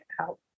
out